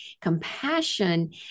compassion